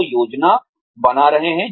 दो योजना बना रहा है